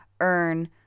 earn